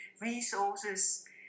resources